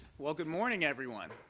well, good morning, everyone.